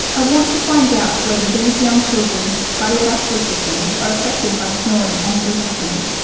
i want to find out whether these young children's cardiovascular systems are affected by snoring and sleep apnoea.